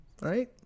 right